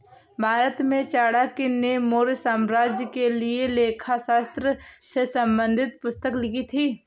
भारत में चाणक्य ने मौर्य साम्राज्य के लिए लेखा शास्त्र से संबंधित पुस्तक लिखी थी